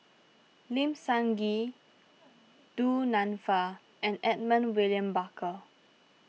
Lim Sun Gee Du Nanfa and Edmund William Barker